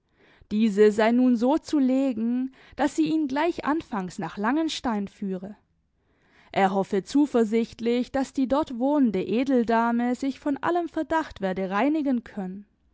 diese sei nun so zu legen daß sie ihn gleich anfangs nach langenstein führe er hoffe zuversichtlich daß die dort wohnende edeldame sich von allem verdacht werde reinigen können